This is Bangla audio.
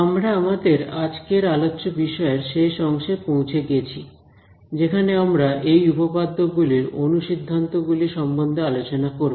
আমরা আমাদের আজকের আলোচ্য বিষয় এর শেষ অংশে পৌঁছে গিয়েছি যেখানে আমরা এই উপপাদ্য গুলির অনুসিদ্ধান্ত গুলি সম্বন্ধে আলোচনা করব